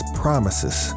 promises